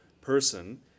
person